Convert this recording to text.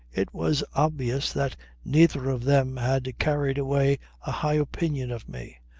it was obvious that neither of them had carried away a high opinion of me.